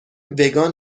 وگان